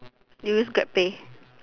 you use Grab pay